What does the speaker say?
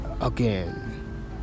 again